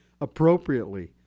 appropriately